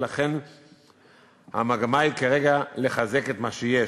ולכן המגמה כרגע היא לחזק את מה שיש.